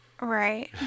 Right